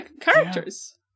characters